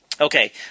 okay